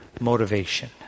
motivation